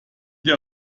der